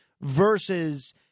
versus